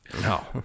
No